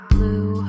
Blue